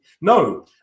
no